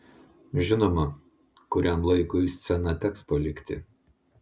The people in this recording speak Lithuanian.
žinoma kuriam laikui sceną teks palikti